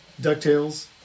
Ducktales